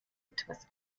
etwas